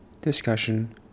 discussion